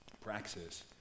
praxis